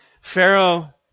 Pharaoh